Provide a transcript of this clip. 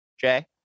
Jay